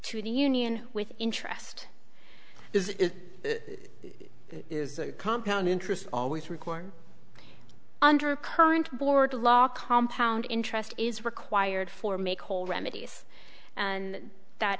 to the union with interest is if it is a compound interest always required under current board law compound interest is required for make whole remedies and that